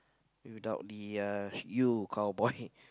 without the uh you cowboy